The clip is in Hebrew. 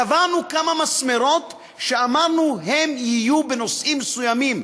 קבענו כמה מסמרות שאמרנו שהם יהיו בנושאים מסוימים,